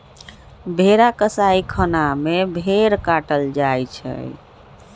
भेड़ा कसाइ खना में भेड़ काटल जाइ छइ